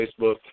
Facebook